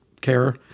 care